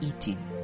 eating